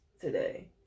today